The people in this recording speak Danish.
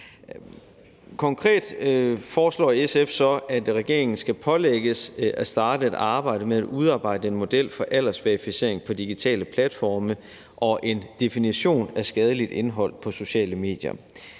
Konkret foreslår SF så, at regeringen skal pålægges at starte et arbejde med at udarbejde en model for aldersverificering på digitale platforme og en definition af skadeligt indhold på sociale medier.